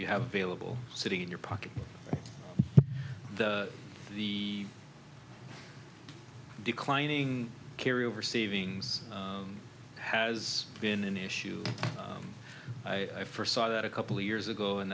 you have vailable sitting in your pocket the declining carry over savings has been an issue i first saw that a couple of years ago and